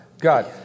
God